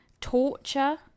torture